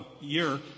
year